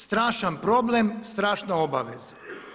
Strašan problem, strašne obaveze.